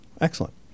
Excellent